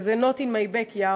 שזה Not In My Backyard,